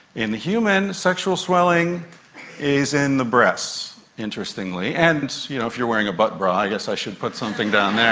in the human, sexual swelling is in the breasts, interestingly, and you know if you're wearing a butt bra, i guess i should put something down there.